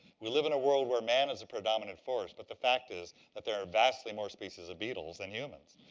we live in a world where man is a predominant force, but the fact is, that there are vastly more species of beetles than humans.